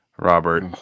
Robert